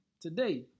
today